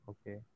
Okay